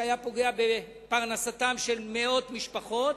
מה שהיה פוגע בפרנסתן של מאות משפחות,